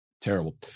terrible